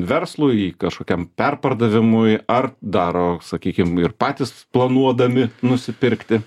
verslui kažkokiam perpardavimui ar daro sakykim ir patys planuodami nusipirkti